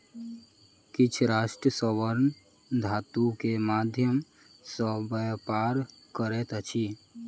किछ राष्ट्र स्वर्ण धातु के माध्यम सॅ व्यापार करैत अछि